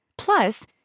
Plus